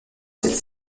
celle